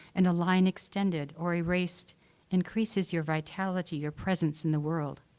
and a line extended or erased increases your vitality, your presence in the world.